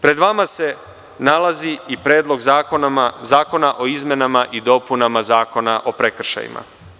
Pred vama se nalazi i Predlog zakona o izmenama i dopunama Zakona o prekršajima.